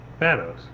Thanos